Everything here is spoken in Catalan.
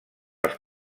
els